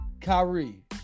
Kyrie